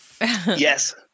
Yes